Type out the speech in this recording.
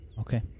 Okay